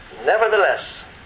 Nevertheless